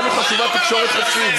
לנו חשובה תקשורת חופשית.